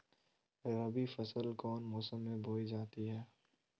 रबी फसल कौन मौसम में बोई जाती है?